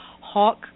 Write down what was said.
Hawk